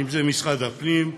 משרד הפנים,